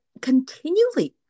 continually